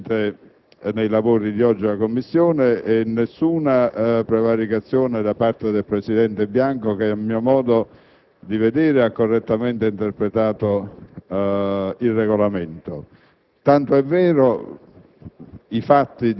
assolutamente, nei lavori di oggi in Commissione. Non c'è stata neanche alcuna prevaricazione da parte del presidente Bianco che, a mio modo di vedere, ha correttamente interpretato il Regolamento. Tant'è vero,